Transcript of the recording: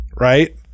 Right